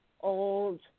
old